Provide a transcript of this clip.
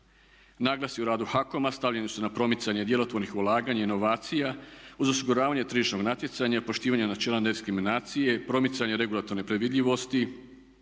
Naglasci u radu Hakom-a stavljeni su na promicanje djelotvornih ulaganja, inovacija uz osiguravanje tržišnog natjecanja i poštivanja načela nediskriminacije, promicanje regulatorne predvidljivosti,